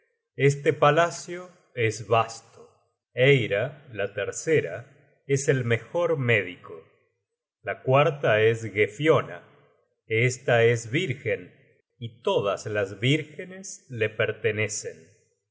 este palacio es vasto eira la tercera es el mejor médico la cuarta es gefiona esta es vírgen y todas las vírgenes la pertenecen